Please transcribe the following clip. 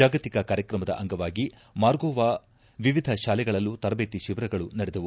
ಜಾಗತೀಕ ಕಾರ್ಯಕ್ರಮದ ಅಂಗವಾಗಿ ಮಾರ್ಗೊವಾದ ವಿವಿಧ ಶಾಲೆಗಳಲ್ಲೂ ತರಬೇತಿ ಶಿಬಿರಗಳು ನಡೆದವು